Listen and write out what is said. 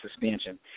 suspension